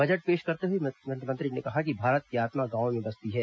budget पेश करते हुए वित्तमंत्री ने कहा कि भारत की आत्मा गांवों में बसती है